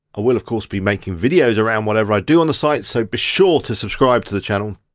will of course be making videos around whatever i do on the site, so be sure to subscribe to the channel.